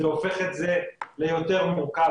זה הופך את זה ליותר מורכב,